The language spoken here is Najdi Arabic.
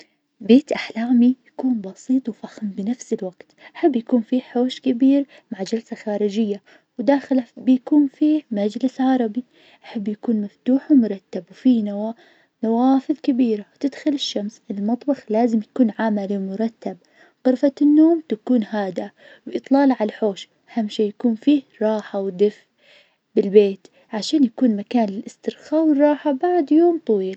بيت أحلامي يكون بسيط وفخم بنفس الوقت. أحب يكون فيه حوش كبير مع جلسة خارجية، وداخله بيكون فيه مجلس عربي. أحب يكون مفتوح ومرتب وفيه نوا- نوافذ كبيرة تدخل الشمس. المطبخ لازم يكون عملي ومرتب. غرفة النوم تكون هادئة وإطلالة عالحوش. أهم شي يكون فيه راحة ودفء بالبيت عشان يكون مكان للإسترخاء والراحة بعد يوم طويل.